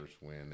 win